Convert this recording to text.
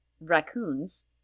raccoons